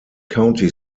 county